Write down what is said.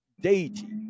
deity